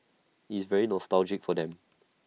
it's very nostalgic for them